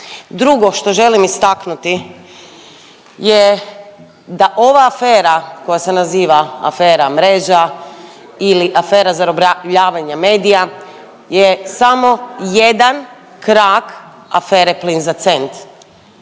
Drugo što želim istaknuti je da ova afera koja se naziva afera Mreža ili afera zarobljavanja medija je samo jedan krak afere Plin za cent